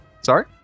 sorry